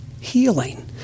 healing